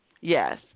Yes